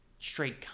straight